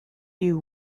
you